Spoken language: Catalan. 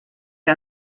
que